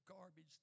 garbage